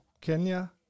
kenya